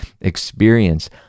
experience